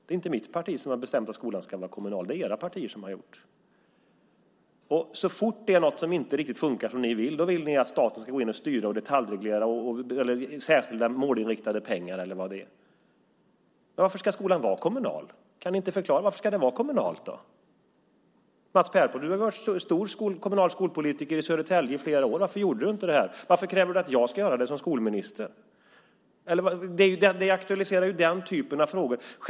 Det är inte mitt parti som har bestämt att skolan ska vara kommunal; det är era partier som har gjort det. Så fort det är någonting som inte fungerar som ni vill tycker ni att staten ska gå in och styra och detaljreglera med särskilda målinriktade pengar eller vad det är. Kan ni då inte förklara varför skolan ska vara kommunal? Mats Pertoft, du har varit en stor kommunal skolpolitiker i Södertälje i flera år. Varför gjorde du inte det här? Varför kräver du att jag ska göra det som skolminister? Det är den typen av frågor som aktualiseras.